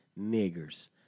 niggers